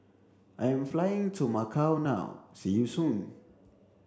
I am flying to Macau now see you soon